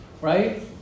right